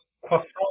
Croissant